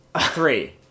three